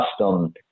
custom